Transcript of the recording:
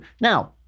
Now